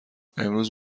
امروز